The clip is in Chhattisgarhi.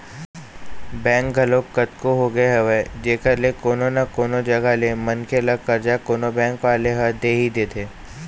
बेंक घलोक कतको होगे हवय जेखर ले कोनो न कोनो जघा ले मनखे ल करजा कोनो बेंक वाले ह दे ही देथे